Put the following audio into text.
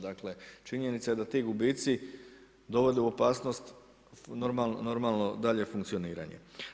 Dakle činjenica je da ti gubici dovode u opasnost normalno daljnje funkcioniranje.